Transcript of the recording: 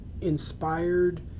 inspired